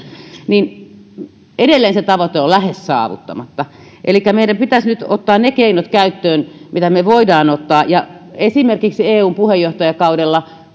niin edelleen se tavoite on lähes saavuttamatta elikkä meidän pitäisi nyt ottaa ne keinot käyttöön mitä me voimme ottaa ja esimerkiksi eun puheenjohtajakaudella